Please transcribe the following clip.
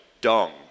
dung